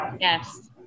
Yes